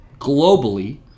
globally